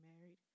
married